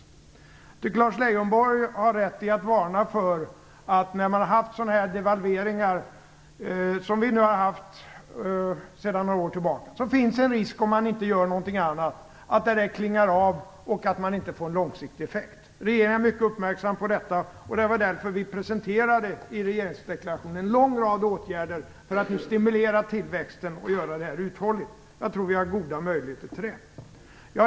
Jag tycker att Lars Leijonborg gör rätt i att varna för att, när man har haft sådan devalveringar som vi har haft för några år sedan, det finns en risk att effekten klingar av och inte blir långsiktig om man inte gör något mer. Regeringen är mycket uppmärksam på detta. Det var därför vi i regeringsdeklarationen presenterade en lång rad åtgärder för att stimulera tillväxten och göra detta uthålligt. Jag tror att vi har goda möjligheter till det.